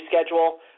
schedule